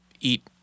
eat